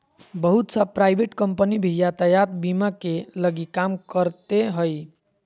बहुत सा private company भी यातायात बीमा के लगी काम करते हइ